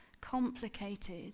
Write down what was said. complicated